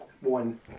One